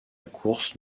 course